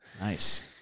Nice